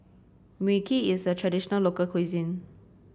Mui Kee is a traditional local cuisine